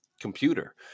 computer